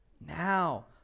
Now